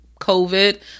COVID